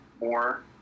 more